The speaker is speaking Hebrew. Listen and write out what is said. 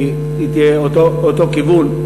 כי היא תהיה באותו כיוון.